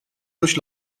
durch